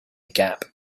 gap